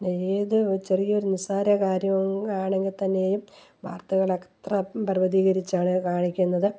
പിന്നെ ഏത് ഒരു ചെറിയൊരു നിസ്സാര കാര്യവും ആണെങ്കിൽ തന്നെയും വർത്തകളെത്ര പർവ്വതീകരിച്ചാണ് കാണിക്കുന്നത്